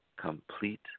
complete